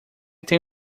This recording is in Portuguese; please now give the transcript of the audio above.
tem